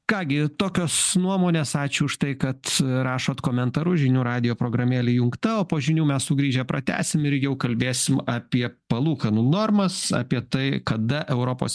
ką gi tokios nuomonės ačiū už tai kad rašot komentarus žinių radijo programėlė įjungta o po žinių mes sugrįžę pratęsim ir jau kalbėsim apie palūkanų normas apie tai kada europos